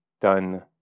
done